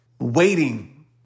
waiting